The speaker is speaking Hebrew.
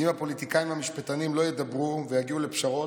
אם הפוליטיקאים והמשפטנים לא ידברו ויגיעו לפשרות,